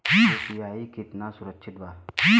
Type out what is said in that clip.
UPI कितना सुरक्षित बा?